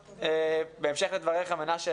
בהמשך לדבריך, מנשה לוי,